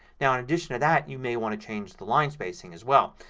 now in addition to that you may want to change the line spacing as well.